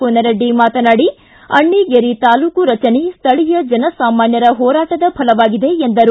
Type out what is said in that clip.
ಕೋನರಡ್ಡಿ ಮಾತನಾಡಿ ಅಣ್ಣಗೇರಿ ತಾಲ್ಡೂಕು ರಚನೆ ಸ್ವೀಯ ಜನಸಾಮಾನ್ಯರ ಹೋರಾಟದ ಫಲವಾಗಿದೆ ಎಂದರು